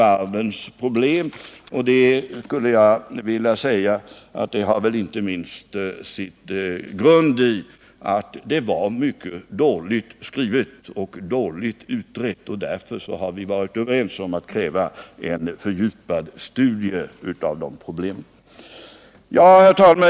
Att vi blev eniga i det sistnämnda fallet har väl sin grund inte minst i att förslaget var mycket dåligt skrivet och frågan dåligt utredd. Därför har vi varit överens om att kräva en fördjupad studie av de mindre varvens problem. Herr talman!